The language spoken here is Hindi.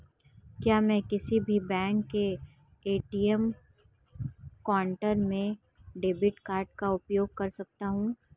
क्या मैं किसी भी बैंक के ए.टी.एम काउंटर में डेबिट कार्ड का उपयोग कर सकता हूं?